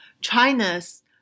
China's